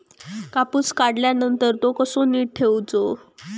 कापूस काढल्यानंतर तो कसो नीट ठेवूचो?